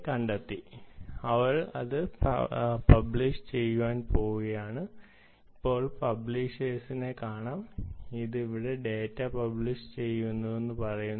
കണ്ടെത്തി അവൾ അത് പബ്ലിഷ്ചെയ്യാൻ പോവുകയാണ് ഇപ്പോൾ പബ്ലിഷേഴ്സ്നെ കാണാം അത് ഇവിടെ ഡാറ്റ പബ്ലിഷ് ചെയ്തുവെന്ന് പറയുന്നു